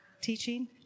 teaching